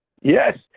Yes